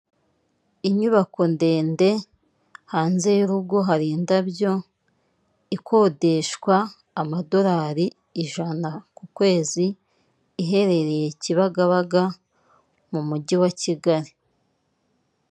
Inyubako ndende hanze y'urugo hari indabyo, ikodeshwa amadorari ijana ku kwezi, iherereye Kibagabaga mu mujyi wa Kigali.